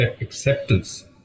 acceptance